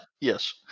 Yes